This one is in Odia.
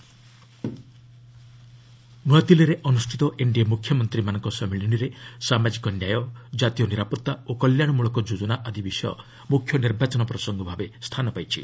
ଏନ୍ଡିଏ ସିଏମ୍ସ୍ ମିଟ୍ ନ୍ରଆଦିଲ୍ଲୀରେ ଅନୁଷ୍ଠିତ ଏନ୍ଡିଏ ମୁଖ୍ୟମନ୍ତ୍ରୀମାନଙ୍କ ସମ୍ମିଳନୀରେ ସାମାଜିକ ନ୍ୟାୟ ଜାତୀୟ ନିରାପତ୍ତା ଓ କଲ୍ୟାଣମୂଳକ ଯୋଜନା ଆଦି ବିଷୟ ମୁଖ୍ୟ ନିର୍ବାଚନ ପ୍ରସଙ୍ଗ ଭାବେ ସ୍ଥାନ ପାଇଛି